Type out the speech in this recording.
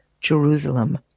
Jerusalem